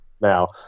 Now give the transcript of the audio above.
now